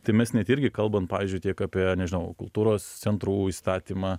tai mes net irgi kalbant pavyzdžiui tiek apie nežinau kultūros centrų įstatymą